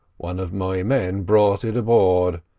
one of my men brought it aboard,